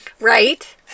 right